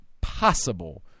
possible